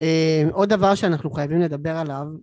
עוד דבר שאנחנו חייבים לדבר עליו